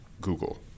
Google